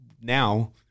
now